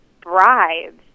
bribes